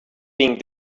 being